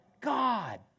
God